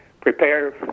prepare